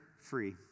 free